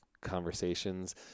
conversations